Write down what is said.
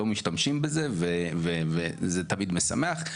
לא משתמשים בזה וזה תמיד משמח.